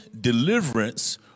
deliverance